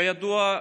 כידוע,